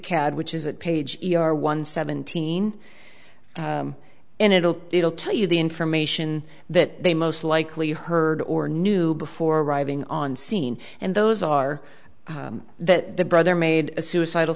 cad which is at page e r one seventeen and it'll it'll tell you the information that they most likely heard or knew before arriving on scene and those are that the brother made a suicidal